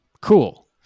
Cool